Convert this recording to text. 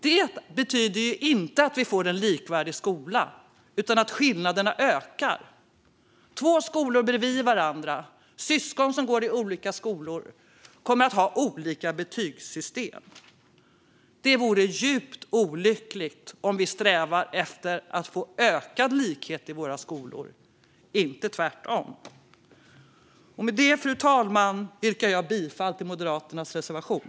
Det betyder inte att vi får en likvärdig skola utan att skillnaderna ökar. Två skolor bredvid varandra kommer att ha olika betygssystem, liksom syskon som går i olika skolor. Det vore djupt olyckligt om vi strävar efter ökad likhet i våra skolor och inte tvärtom. Med detta, fru talman, yrkar jag bifall till Moderaternas reservation.